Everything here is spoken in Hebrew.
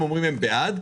הם אומרים שהם בעד,